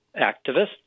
activists